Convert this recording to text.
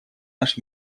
наш